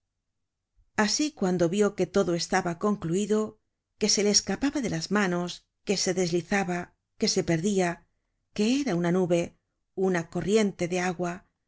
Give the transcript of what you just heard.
asi cuando vió que todo estaba concluido que se le escapaba de las manos que se deslizaba que se perdia que era una nube una corriente de agua